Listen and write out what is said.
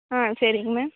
ஆ சரிங்க மேம்